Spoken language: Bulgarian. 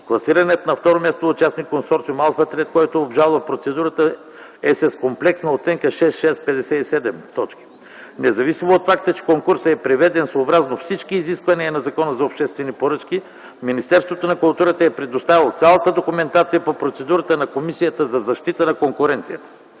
Класираният на второ място участник - Консорциум „Алфа Трейд”, който обжалва процедурата, е с комплексна оценка 66,57. Независимо от факта, че конкурсът е проведен съобразно всички изисквания на Закона за обществените поръчки, Министерството на културата е предоставило цялата документация по процедурата на Комисията за защита на конкуренцията,